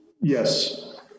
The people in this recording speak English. Yes